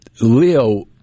Leo